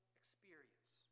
experience